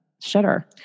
Shudder